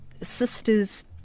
sister's